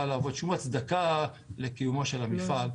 להוות שום הצדקה לקיומו של המפעל.